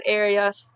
areas